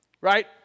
right